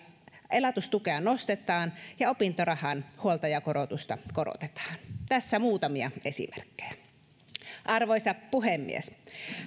elatustukea nostetaan ja opintorahan huoltajakorotusta korotetaan tässä muutamia esimerkkejä arvoisa puhemies